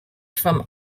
from